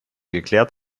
geklärt